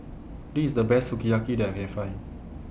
This IS The Best Sukiyaki that I Can Find